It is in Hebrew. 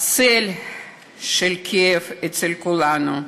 צל של כאב אצל כולנו.